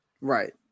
Right